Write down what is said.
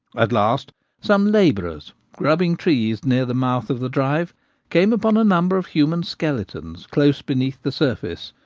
at last some labourers grubbing trees near the mouth of the drive came upon a number of human skeletons, close beneath the surface,